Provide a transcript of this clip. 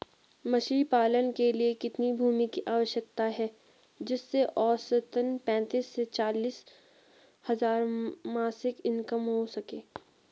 मछली पालन के लिए कितनी भूमि की आवश्यकता है जिससे औसतन पैंतीस से चालीस हज़ार मासिक इनकम हो सके?